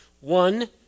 One